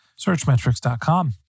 searchmetrics.com